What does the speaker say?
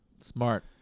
smart